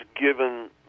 given